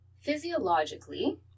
Physiologically